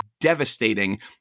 devastating